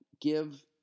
give